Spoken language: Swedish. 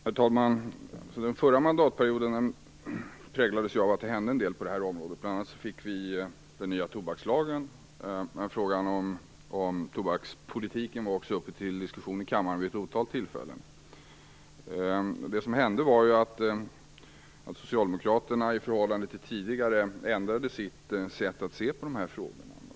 Herr talman! Den förra mandatperioden präglades av att det hände en del på det här området. Bl.a. fick vi den nya tobakslagen, men frågan om tobakspolitiken var också uppe till diskussion i kammaren vid ett otal tillfällen. Det som hände var att socialdemokraterna i förhållande till tidigare förhållningssätt ändrade sitt sätt att se på de här frågorna.